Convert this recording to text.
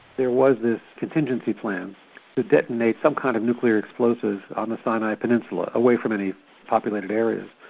there was this contingency plan to detonate some kind of nuclear explosive on the sinai peninsula, away from any populated areas,